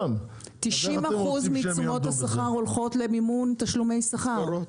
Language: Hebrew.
90% מתשואות השכר הולכות למימון תשלומי שכר.